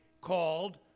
called